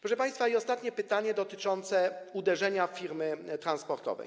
Proszę państwa, ostatnie pytanie dotyczyło uderzenia w firmy transportowe.